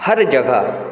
हर जगह